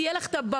יהיה לך במה,